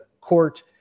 Court